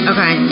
Okay